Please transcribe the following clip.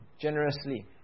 generously